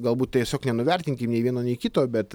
galbūt tiesiog nenuvertinkim nei vieno nei kito bet